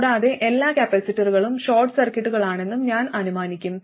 കൂടാതെ എല്ലാ കപ്പാസിറ്ററുകളും ഷോർട്ട് സർക്യൂട്ടുകളാണെന്നും ഞാൻ അനുമാനിക്കും